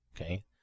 Okay